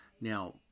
Now